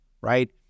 right